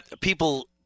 people